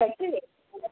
pencil